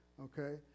okay